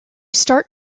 start